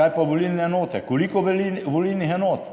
Kaj pa volilne enote, koliko volilnih enot?